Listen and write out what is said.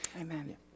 Amen